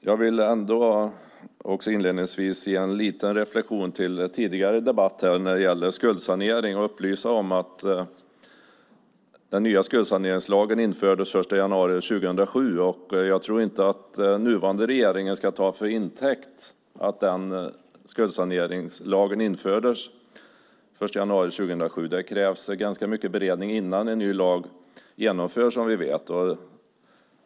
Jag vill inledningsvis ge en liten reflexion till tidigare debatt om skuldsanering och upplysa om att den nya skuldsaneringslagen infördes den 1 januari 2007. Jag tror inte att den nuvarande regeringen ska ta för intäkt att skuldsaneringslagen infördes den 1 januari 2007. Det krävs som vi vet ganska mycket beredning innan en lag införs.